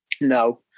No